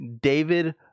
David